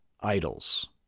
idols